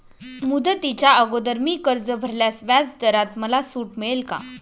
मुदतीच्या अगोदर मी कर्ज भरल्यास व्याजदरात मला सूट मिळेल का?